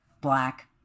black